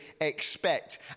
expect